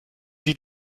sie